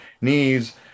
knees